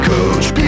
Coach